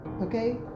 okay